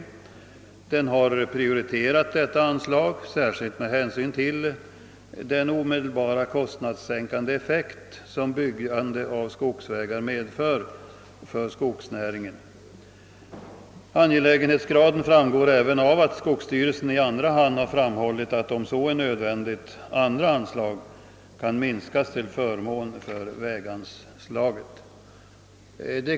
Styrelsen har prioriterat detta anslag särskilt med hänsyn till den omedelbara kostnadssänkande effekt som byggande av skogsvägar får för skogsnäringen. Angelägenhetsgraden framgår även av att skogsstyrelsen framhållit att, om så är nödvändigt, andra anslag kan minskas till förmån för väganslaget.